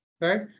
right